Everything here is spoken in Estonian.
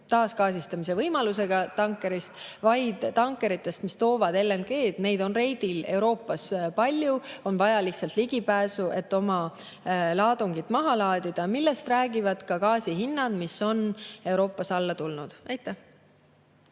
taasgaasistamise võimalusega tankerist, vaid tankeritest, mis toovad LNG‑d – reidil Euroopas palju, on vaja lihtsalt ligipääsu, et oma laadung maha laadida. Sellest räägivad ka gaasihinnad, mis on Euroopas alla tulnud. Martin